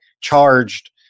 charged